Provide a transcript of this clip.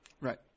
Right